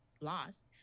lost